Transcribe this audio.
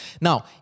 Now